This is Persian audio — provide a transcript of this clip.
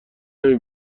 نمی